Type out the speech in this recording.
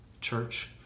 Church